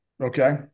Okay